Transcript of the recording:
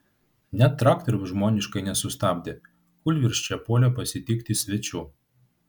net traktoriaus žmoniškai nesustabdė kūlvirsčia puolė pasitikti svečių